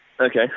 Okay